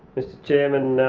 mr chairman,